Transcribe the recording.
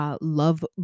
love